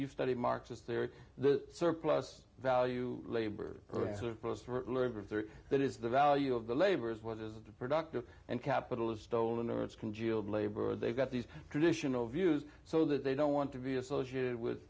you've studied marxist theory the surplus value labor that is the value of the labor is what is the productive and capital is stolen or it's congealed labor they've got these traditional views so that they don't want to be associated with